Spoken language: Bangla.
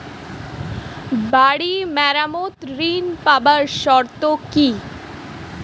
বাড়ি মেরামত ঋন পাবার শর্ত কি?